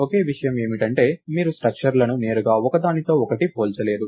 ఒకే విషయం ఏమిటంటే మీరు స్ట్రక్చర్లను నేరుగా ఒకదానితో ఒకటి పోల్చలేరు